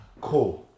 Cool